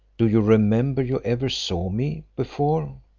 do you remember you ever saw me before?